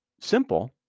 simple